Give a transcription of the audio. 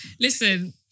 Listen